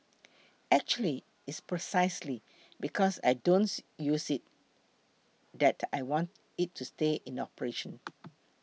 actually it's precisely because I don't use it that I want it to stay in operation